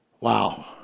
Wow